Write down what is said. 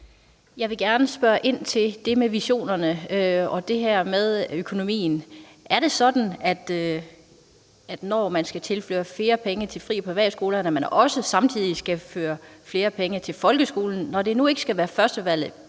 Jeg vil gerne spørge ind til det med visionerne og det her med økonomien. Er det sådan, at når man skal tilføre fri- og privatskolerne flere penge, skal man også samtidig tilføre folkeskolen flere penge, når den nu ikke skal være førstevalget?